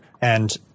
And-